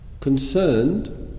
concerned